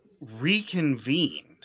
reconvened